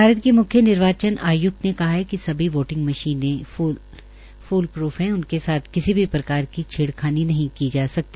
भारत के म्ख्य निर्वाचन आय्क्त ने कहा है कि सभी वोटिंग मशीनें फूलपूफ है उनके साथ किसी भी प्रकार की छेड़खानी नहीं की जा सकती